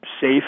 safe